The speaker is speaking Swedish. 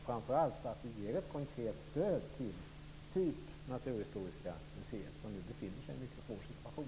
Framför allt bör vi ge ett konkret stöd till institutioner av typen Naturhistoriska museet, som nu befinner sig i en mycket svår situation.